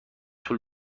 طول